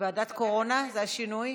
ועדת קורונה, זה השינוי?